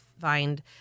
find